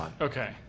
Okay